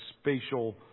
spatial